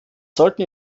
sollten